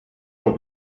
all